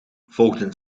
volgden